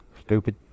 stupid